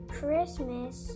Christmas